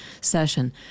session